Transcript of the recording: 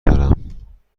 دارم